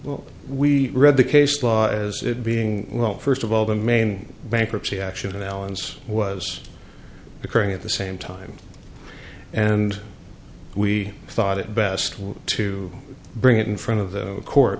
well we read the case law as it being well first of all the main bankruptcy action of allan's was occurring at the same time and we thought it best to bring it in front of the court